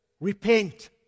repent